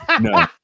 no